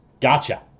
Gotcha